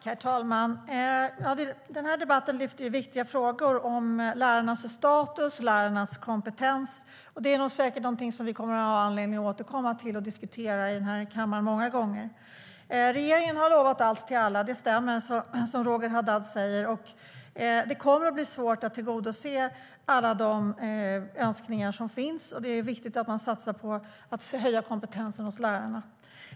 Herr talman! Den här debatten lyfter fram viktiga frågor om lärarnas status och kompetens. Det är frågor som vi säkert kommer att ha anledning att återkomma till och diskutera i kammaren många gånger. Regeringen har lovat allt till alla. Det stämmer som Roger Haddad säger. Det kommer att bli svårt att tillgodose alla de önskningar som finns. Det är viktigt att satsa på att höja kompetensen hos lärarna.